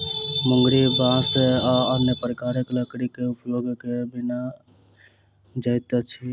मुंगरी बाँस आ अन्य प्रकारक लकड़ीक उपयोग क के बनाओल जाइत अछि